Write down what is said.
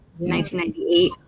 1998